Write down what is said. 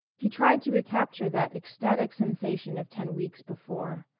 he tried to recapture that ecstatic sensation of ten weeks before.